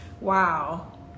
wow